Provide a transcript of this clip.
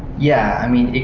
yeah. i mean,